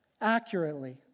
accurately